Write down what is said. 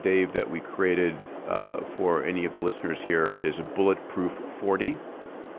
dave, that we created ah for any of the listeners here is bulletproof forty